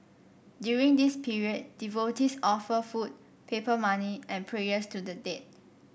during this period devotees offer food paper money and prayers to the dead